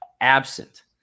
absent